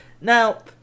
Now